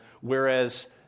whereas